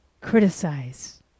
criticize